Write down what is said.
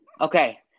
Okay